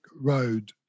road